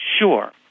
sure